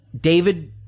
David